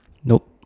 no